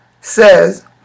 says